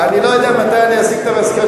אני לא יודע מתי אני אסיק את המסקנות,